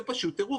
זה פשוט טירוף.